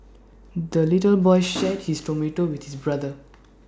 the little boy shared his tomato with his brother